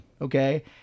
okay